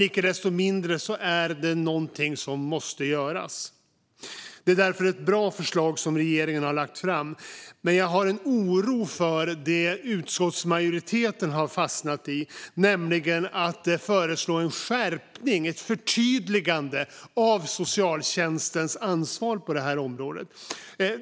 Icke desto mindre är detta någonting som måste göras. Det är därför ett bra förslag som regeringen har lagt fram. Men jag har en oro för det som utskottsmajoriteten har fastnat i, nämligen att föreslå en skärpning och ett förtydligande av socialtjänstens ansvar på det här området.